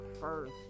first